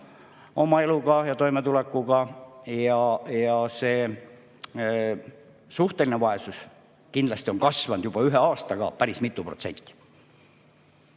oma eluga toimetulekul. Ja suhteline vaesus on kindlasti kasvanud juba ühe aastaga päris mitu protsenti.